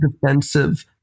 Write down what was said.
defensive